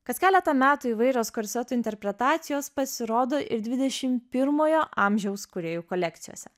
kas keletą metų įvairios korsetų interpretacijos pasirodo ir dvidešim pirmojo amžiaus kūrėjų kolekcijose